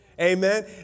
Amen